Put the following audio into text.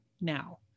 now